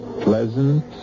pleasant